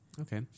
Okay